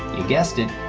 you guessed it,